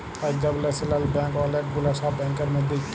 Punjab national bank ওলেক গুলা সব ব্যাংকের মধ্যে ইকটা